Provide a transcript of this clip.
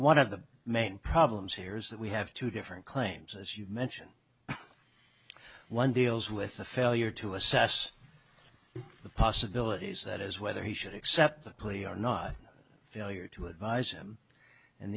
one of the main problems here is that we have two different claims as you mentioned one deals with the failure to assess the possibilities that is whether he should accept the plea or not failure to advise him and